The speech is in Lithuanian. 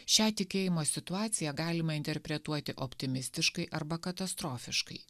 šią tikėjimo situaciją galima interpretuoti optimistiškai arba katastrofiškai